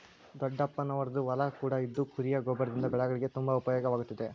ದೊಡ್ಡಪ್ಪನವರದ್ದು ಹೊಲ ಕೂಡ ಇದ್ದು ಕುರಿಯ ಗೊಬ್ಬರದಿಂದ ಬೆಳೆಗಳಿಗೆ ತುಂಬಾ ಉಪಯೋಗವಾಗುತ್ತಿದೆ